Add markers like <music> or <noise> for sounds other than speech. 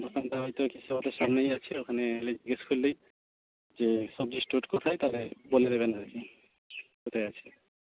দোকানটা <unintelligible> সামনেই আছে ওখানে এলে জিজ্ঞেস করলেই যে সবজি স্টোর কোথায় তাহলে বলে দেবেন আর কি কোথায় আছে